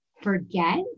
forget